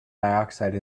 dioxide